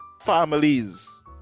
families